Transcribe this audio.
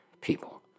people